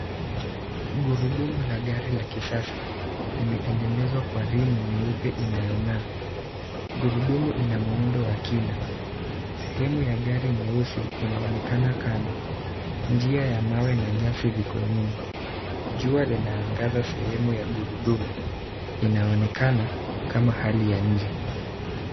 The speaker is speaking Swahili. Mgurudumu la gari la kisasa, imetengenezwa kwa ream nyeupe inaongaa. Gurudumu ina muundo wa kina. Sehemu ya gari nyeusi inaonekana kando. Njia ya mawe na nyasi viko nyuma jua inaangaza sehemu ya gurudumu, inaonekana kama hali ya nje.